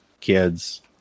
kids